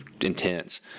intense